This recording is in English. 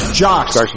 jocks